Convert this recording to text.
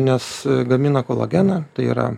nes gamina kolageną tai yra